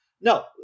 No